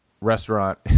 restaurant